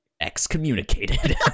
Excommunicated